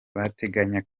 bateganya